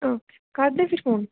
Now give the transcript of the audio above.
okay काट दे फिर फोन